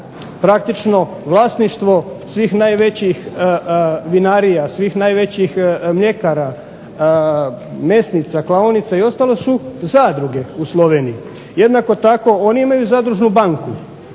praktično vlasništvo svih najvećih vinarija, svih najvećih mljekara, mesnica, klaonica i ostalo su zadruge u Sloveniji. Jednako tako oni imaju zadružnu banku,